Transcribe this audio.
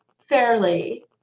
fairly